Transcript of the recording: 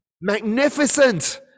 Magnificent